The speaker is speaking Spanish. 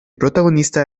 protagonista